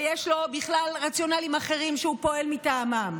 ויש לו בכלל רציונלים אחרים שהוא פועל מטעמם.